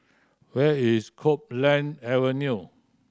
where is Copeland Avenue